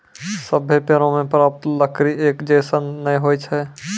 सभ्भे पेड़ों सें प्राप्त लकड़ी एक जैसन नै होय छै